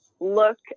look